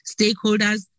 stakeholders